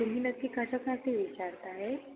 तुम्ही नक्की कशासाठी विचारत आहे